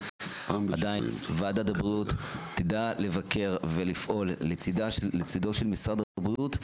ועדת הבריאות תדע לבקר ולפעול לצידו של משרד הבריאות,